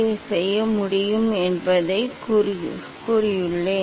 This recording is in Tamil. இது ப்ரிஸின் கோணம் ப்ரிஸின் கோணத்தை எவ்வாறு அளவிடுவது